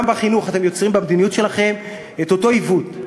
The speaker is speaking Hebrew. גם בחינוך אתם יוצרים במדיניות שלכם את אותו עיוות.